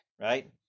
Right